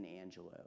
Angelo